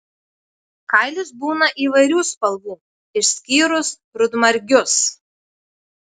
kailis būna įvairių spalvų išskyrus rudmargius